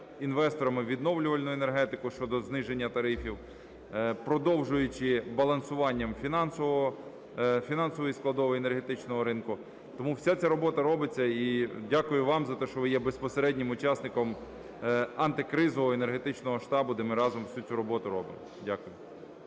інвесторами відновлювальної енергетики щодо зниження тарифів, продовжуючи балансуванням фінансової складової енергетичного ринку. Тому вся ця робота робиться і дякую вам за те, що ви є безпосереднім учасником Антикризового енергетичного штабу, де ми разом всю цю роботу робимо. Дякую.